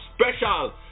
special